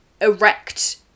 erect